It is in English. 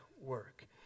work